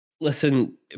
Listen